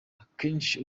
akenshi